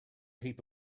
heap